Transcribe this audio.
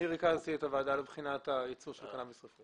אני ריכזתי את הוועדה לבחינת היצוא של קנאביס רפואי.